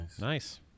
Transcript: Nice